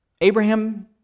Abraham